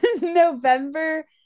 November